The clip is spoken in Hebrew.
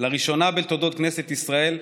לראשונה בתולדות כנסת ישראל,